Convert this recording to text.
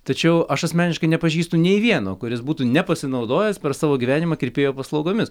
tačiau aš asmeniškai nepažįstu nei vieno kuris būtų nepasinaudojęs per savo gyvenimą kirpėjo paslaugomis